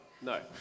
no